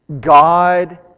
God